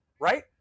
right